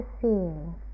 seeing